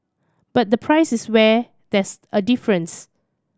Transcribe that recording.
but the price is where there's a difference